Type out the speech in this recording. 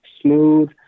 smooth